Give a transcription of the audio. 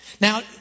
Now